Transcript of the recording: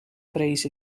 vrees